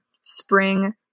spring